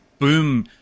boom